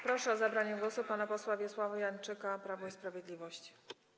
Proszę o zabranie głosu pana posła Wiesława Janczyka, Prawo i Sprawiedliwość.